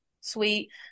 sweet